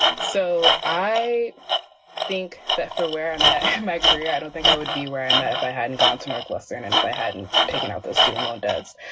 so i think that for where i met my career, i don't think i would be where i am if i hadn't gone to and like less than and and if i hadn't taken out the student loan debts.